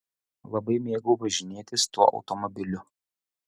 labai mėgau važinėtis tuo automobiliu